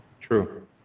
true